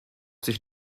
sich